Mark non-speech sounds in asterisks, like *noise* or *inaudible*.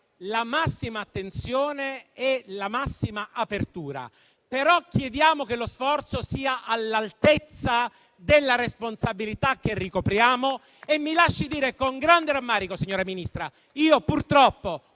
la massima attenzione e la massima apertura, però chiediamo che lo sforzo sia all'altezza della responsabilità che ricopriamo. *applause* Mi lasci dire, con grande rammarico, signora Ministra, che io purtroppo